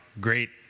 great